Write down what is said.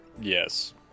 Yes